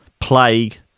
plague